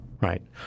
Right